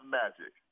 magic